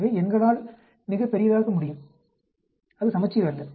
எனவே எண்களால் மிகப் பெரியதாக முடியும் அது சமச்சீர் அல்ல